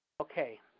Okay